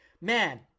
man